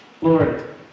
Lord